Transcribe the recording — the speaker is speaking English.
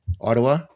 Ottawa